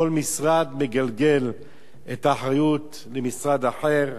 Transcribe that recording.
כל משרד מגלגל את האחריות למשרד אחר,